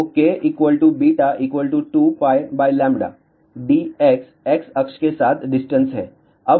तो k β 2πλ dx x अक्ष के साथ डिस्टेंस है